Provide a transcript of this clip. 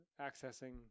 accessing